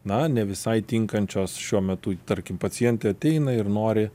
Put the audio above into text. na ne visai tinkančios šiuo metu tarkim pacientė ateina ir nori